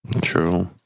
True